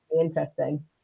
interesting